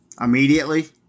Immediately